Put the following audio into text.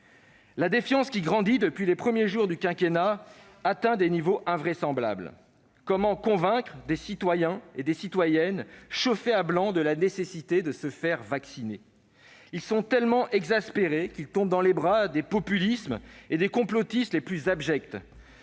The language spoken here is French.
La défiance qui s'accroît depuis les premiers jours du quinquennat atteint un niveau invraisemblable. Comment convaincre des citoyens chauffés à blanc de la nécessité de se faire vacciner ? Ils sont tellement exaspérés qu'ils tombent dans les bras des populistes et des complotistes les plus abjects,